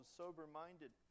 sober-minded